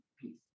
peace